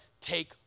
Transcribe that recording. take